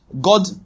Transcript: God